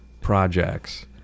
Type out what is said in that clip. projects